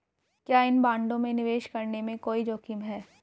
क्या इन बॉन्डों में निवेश करने में कोई जोखिम है?